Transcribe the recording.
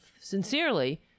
sincerely